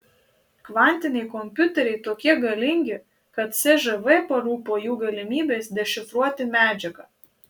kvantiniai kompiuteriai tokie galingi kad cžv parūpo jų galimybės dešifruoti medžiagą